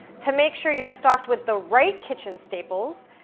to make sure you're stocked with the right kitchen staples,